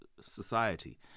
society